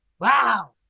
Wow